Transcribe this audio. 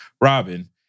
Robin